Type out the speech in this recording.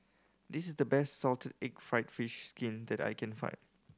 this is the best salted egg fried fish skin that I can find